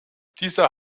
dieser